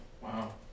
Wow